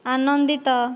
ଆନନ୍ଦିତ